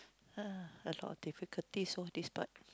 ah a lot of difficulties loh this part